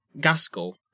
Gaskell